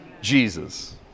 Jesus